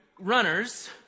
runners